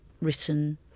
written